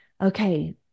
Okay